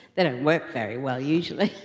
they don't work very well usually.